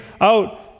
out